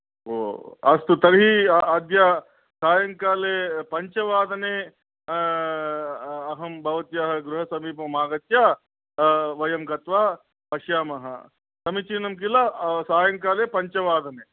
ओ अस्तु तर्हि अद्य सायङ्काले पञ्चवादने अहं भवत्याः गृहसमीपमागत्य वयं गत्वा पश्यामः समीचिनं खिल सायङ्काले पञ्चवादने